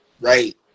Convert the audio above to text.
right